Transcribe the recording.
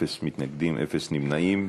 אין מתנגדים, אין נמנעים.